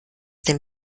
den